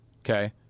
Okay